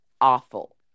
awful